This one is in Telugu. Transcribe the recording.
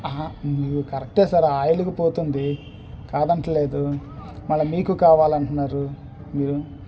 మీరు కరెక్టే సార్ ఆయిల్కి పోతుంది కాదు అనట్లేదు మళ్ళీ మీకు కావాలి అంటున్నారు మీరు